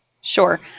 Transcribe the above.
sure